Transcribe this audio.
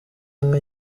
umwe